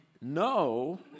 no